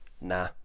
Nah